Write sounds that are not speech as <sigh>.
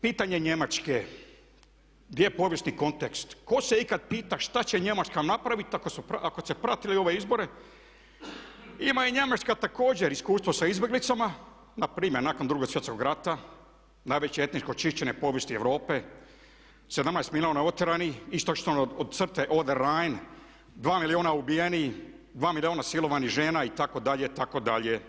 Drugo, pitanje Njemačke gdje je povijesni kontekst, tko se ikad pita šta će Njemačka napraviti ako ste pratili ove izbore ima i Njemačka također iskustvo sa izbjeglicama na primjer nakon Drugog svjetskog rata najveće etničko čišćenje u povijesti Europe, 17 milijuna otjerani, istočno od crte … <unintelligible> dva milijuna ubijenih, dva milijuna silovanih žena itd. itd.